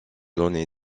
donner